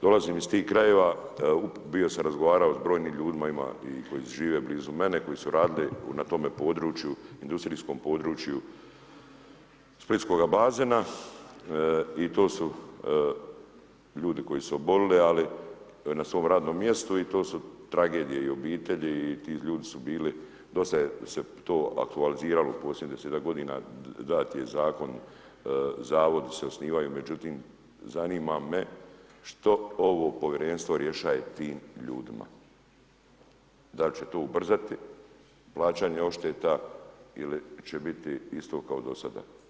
Dolazim iz tih krajeva, bio sam razgovarao s brojnim ljudima, ima i koji žive blizu mene, koji su radili na tome području, industrijskom području splitskoga bazena i to su ljudi koji su oboljeli na svom radnom mjestu i to su tragedije i u obitelji i ti ljudi su bili, dosta se to aktualiziralo posljednjih 10 godina, dat je Zakon, Zavodi se osnivaju, međutim, zanima me što ovo Povjerenstvo rješaje tim ljudima, da li će to ubrzati plaćanje odšteta ili će biti kao i do sada.